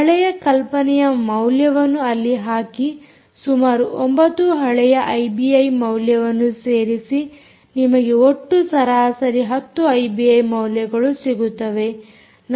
ಹಳೆಯ ಕಲ್ಪನೆಯ ಮೌಲ್ಯವನ್ನು ಅಲ್ಲಿ ಹಾಕಿ ಸುಮಾರು 9 ಹಳೆಯ ಐಬಿಐ ಮೌಲ್ಯವನ್ನು ಸೇರಿಸಿ ನಿಮಗೆ ಒಟ್ಟು ಸರಾಸರಿ 10 ಐಬಿಐ ಮೌಲ್ಯಗಳು ಸಿಗುತ್ತವೆ